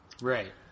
Right